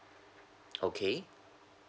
okay